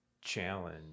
challenge